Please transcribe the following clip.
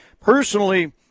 personally